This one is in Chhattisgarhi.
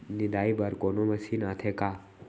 निंदाई बर कोनो मशीन आथे का?